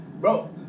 Bro